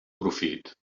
profit